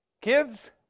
Kids